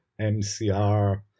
MCR